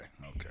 okay